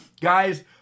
Guys